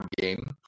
game